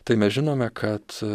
tai mes žinome kad